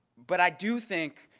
but i do think,